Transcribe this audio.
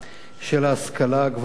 של ההשכלה הגבוהה.